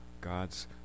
God's